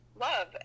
love